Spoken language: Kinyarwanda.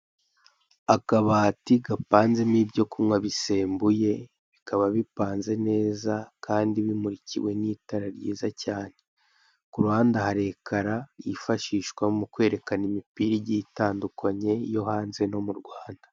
Akabati gapanzemo ibyo kunywa bisembuye, bikaba bipanze neza kandi bimurikiwe n'itara ryiza cyane, kuruhande hari ekara yifashishwa mukwerekana imipira igiye itandukanye, iyo hanze no mu Rwanda.